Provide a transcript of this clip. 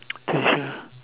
do with you lah